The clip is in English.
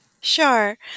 Sure